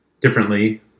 differently